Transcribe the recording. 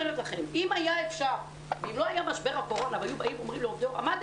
אם לא היה משבר הקורונה והיו שואלים את עובדי ההוראה האם